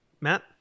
Matt